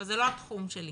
אבל זה לא התחום שלי.